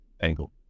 angle